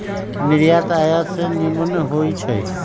निर्यात आयात से निम्मन होइ छइ